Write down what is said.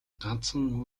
ганцхан